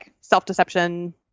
self-deception